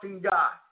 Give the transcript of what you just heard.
guy